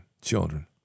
children